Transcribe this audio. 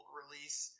release